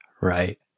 right